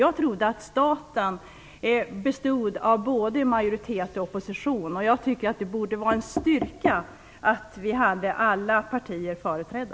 Jag trodde att staten bestod av både en majoritet och en opposition. Det borde vara en styrka om alla partier är företrädda.